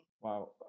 Wow